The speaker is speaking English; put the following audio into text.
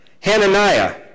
Hananiah